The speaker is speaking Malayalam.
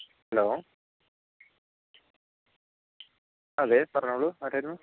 ഹലോ അതെ പറഞ്ഞോളൂ ആരായിരുന്നു